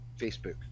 Facebook